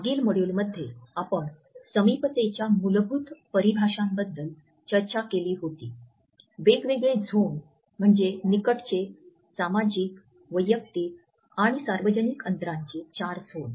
मागील मॉड्यूलमध्ये आपण समीपतेच्या मूलभूत परिभाषांबद्दल चर्चा केली होती वेगवेगळे झोन म्हणजे निकटचे सामाजिक वैयक्तिक आणि सार्वजनिक अंतरांचे चार झोन